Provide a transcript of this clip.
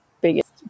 biggest